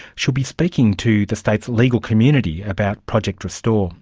she'll be speaking to the state's legal community about project restore.